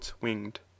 winged